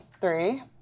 three